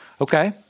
Okay